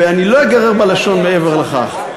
ואני לא אגרר בלשון מעבר לכך.